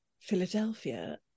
Philadelphia